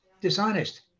dishonest